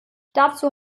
dazu